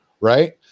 Right